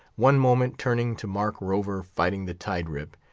one moment turning to mark rover fighting the tide-rip,